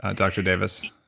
ah dr. davis?